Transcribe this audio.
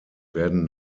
werden